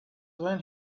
when